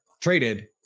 traded